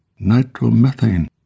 nitromethane